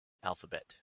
alphabet